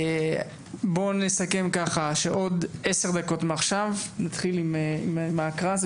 בואו נסכם שבעוד עשר דקות מעכשיו נתחיל בהקראה.